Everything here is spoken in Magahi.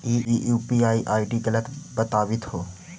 ई यू.पी.आई आई.डी गलत बताबीत हो